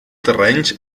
terrenys